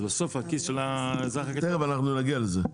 אז בסוף הכיס של האזרח הקטן --- תיכף אנחנו נגיע לזה,